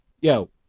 yo